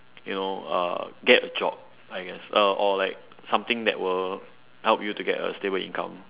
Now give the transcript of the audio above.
you know uh get a job I guess uh or like something that will help you to get a stable income